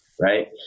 Right